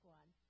one